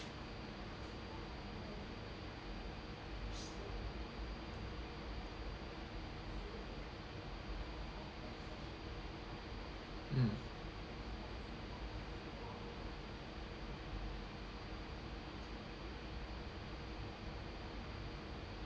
mm